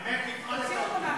חוק יום העלייה,